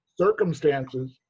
circumstances